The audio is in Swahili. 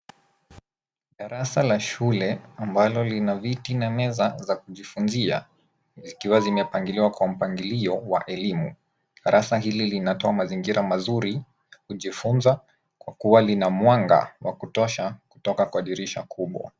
Darasa la shule ambalo lina viti na meza za kujifunzia zikiwa zimepangiliwa kwa mpangilio wa elimu. Darasa hili linatoa mazingira mazuri kujifunza kwa kuwa lina mwanga wa kutosha kutoka kwa dirisha kubwa.